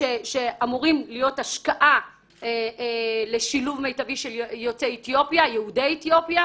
שאמורים להיות השקעה לשילוב מיטבי של יהודי אתיופיה.